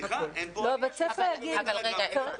סליחה, אין פה עלייה.